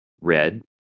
red